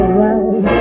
right